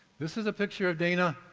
this is a picture of dana,